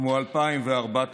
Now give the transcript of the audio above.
כמו 2000 ו-4000,